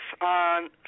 on